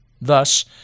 Thus